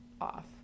off